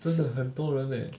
真的很多人 leh